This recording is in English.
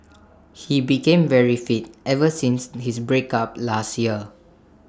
he became very fit ever since his breakup last year